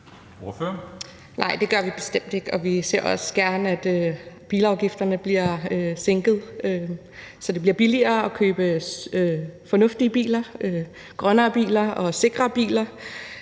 Nej, det gør vi bestemt ikke, og vi ser også gerne, at bilafgifterne bliver sænket, så det bliver billigere at købe fornuftige biler, grønnere biler og sikrere biler,